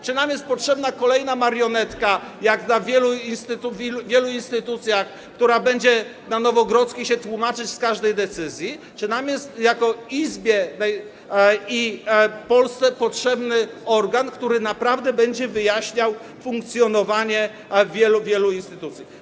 Czy nam jest potrzebna kolejna marionetka, jak w wielu instytucjach, która będzie się na Nowogrodzkiej tłumaczyć z każdej decyzji, czy nam jest jako Izbie i Polsce potrzebny organ, który naprawdę będzie wyjaśniał funkcjonowanie wielu instytucji?